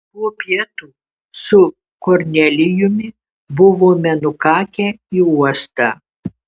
po pietų su kornelijumi buvome nukakę į uostą